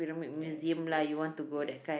yes yes yes